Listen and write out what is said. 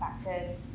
affected